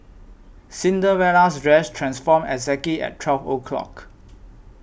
Cinderella's dress transformed exactly at twelve o' clock